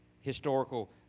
historical